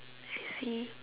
I see